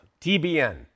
tbn